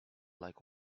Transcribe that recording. like